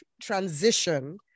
transition